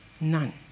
None